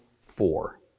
Four